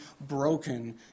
broken